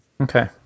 Okay